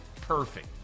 perfect